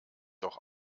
doch